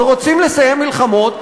רוצים לסיים מלחמות,